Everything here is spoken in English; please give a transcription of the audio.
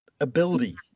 ability